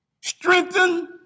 Strengthen